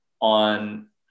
on